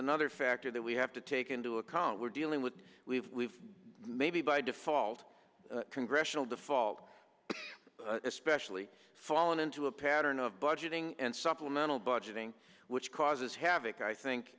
another factor that we have to take into account we're dealing with we've maybe by default congressional default especially fallen into a pattern of budgeting and supplemental budgeting which causes havoc i think